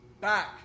back